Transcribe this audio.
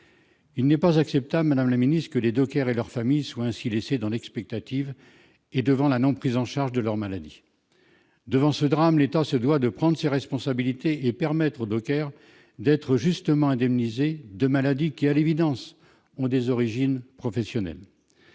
il n'est pas acceptable que les dockers et leurs familles soient ainsi laissés dans l'expectative et devant la non-prise en charge de leurs maladies ! Devant ce drame, l'État se doit de prendre ses responsabilités, en permettant aux dockers d'être justement indemnisés pour des maladies qui, à l'évidence, ont des origines professionnelles.